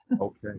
Okay